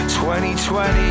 2020